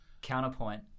Counterpoint